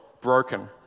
broken